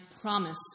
promise